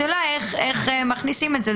השאלה איך מכניסים את זה.